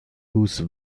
whose